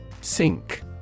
Sink